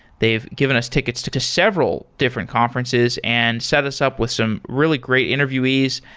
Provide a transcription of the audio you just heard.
they have given us tickets to to several different conferences and set us up with some really great interviewees.